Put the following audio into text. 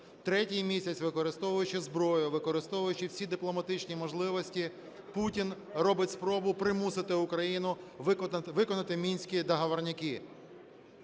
Третій місяць, використовуючи зброю, використовуючи всі дипломатичні можливості, Путін робить спробу примусити Україну виконати "мінські договорняки".